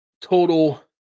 total